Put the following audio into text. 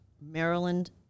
Maryland